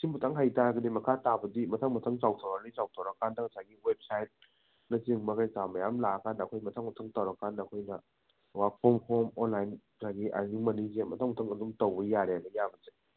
ꯁꯤꯃꯇꯪ ꯍꯩ ꯇꯥꯔꯒꯗꯤ ꯃꯈꯥ ꯇꯥꯕꯗꯤ ꯃꯊꯪ ꯃꯊꯪ ꯆꯥꯎꯊꯣꯔꯛꯑꯅꯤ ꯆꯥꯎꯊꯣꯔꯛꯀꯥꯟꯗ ꯉꯁꯥꯏꯒꯤ ꯋꯦꯕꯁꯥꯏꯠꯅꯆꯤꯡꯕ ꯀꯔꯤꯀꯔꯥ ꯃꯌꯥꯝ ꯂꯥꯛꯑꯀꯥꯟꯗ ꯑꯩꯈꯣꯏ ꯃꯊꯪ ꯃꯊꯪ ꯇꯧꯔꯀꯥꯟꯗ ꯑꯩꯈꯣꯏꯅ ꯋꯥꯛ ꯐ꯭ꯔꯣꯝ ꯍꯣꯝ ꯑꯣꯟꯂꯥꯏꯟ ꯉꯁꯥꯏꯒꯤ ꯑꯥꯔꯅꯤꯡ ꯃꯅꯤꯁꯦ ꯃꯊꯪ ꯃꯊꯪ ꯑꯗꯨꯝ ꯇꯧꯕ ꯌꯥꯔꯦ ꯌꯥꯕꯁꯦ